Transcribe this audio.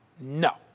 No